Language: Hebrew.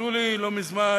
פסלו לי לא מזמן